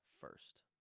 first